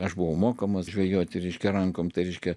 aš buvau mokomas žvejoti reiškia rankom tai reiškia